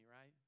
right